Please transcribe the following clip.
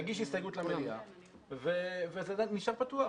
תגיש הסתייגות למליאה וזה נשאר פתוח.